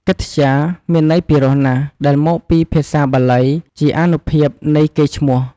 កិត្យា មានន័យពិរោះណាស់ដែលមកពីភាសាបាលី ជាអានុភាពនៃកេរ្តិ៍ឈ្មោះ។